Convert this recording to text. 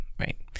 Right